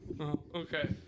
Okay